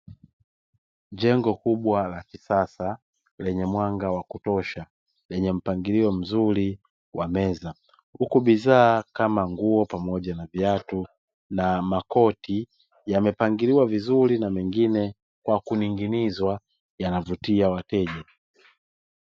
Jengo kubwa la kisasa lenye mwanga wa kutosha lenye mpangilio mzuri wa meza huku bidhaa kama nguo pamoja na viatu na makoti yamepangiliwa vizuri na mengine kwa kuningizwa yanavutia wateja